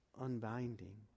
unbinding